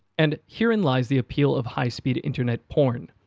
and herein lies the appeal of high speed internet porn.